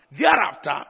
thereafter